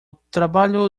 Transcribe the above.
trabalho